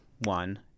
one